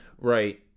right